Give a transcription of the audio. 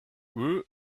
woot